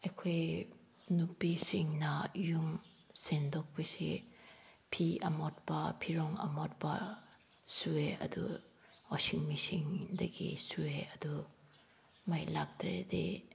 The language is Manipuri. ꯑꯩꯈꯣꯏ ꯅꯨꯄꯤꯁꯤꯡꯅ ꯌꯨꯝ ꯁꯦꯡꯗꯣꯛꯄꯁꯤ ꯐꯤ ꯑꯃꯣꯠꯄ ꯐꯤꯔꯣꯜ ꯑꯃꯣꯠꯄ ꯁꯨꯏ ꯑꯗꯨ ꯋꯥꯁꯤꯡ ꯃꯦꯆꯤꯟꯗꯒꯤ ꯁꯨꯏ ꯑꯗꯨ ꯃꯩ ꯂꯥꯛꯇ꯭ꯔꯗꯤ